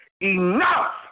enough